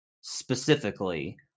specifically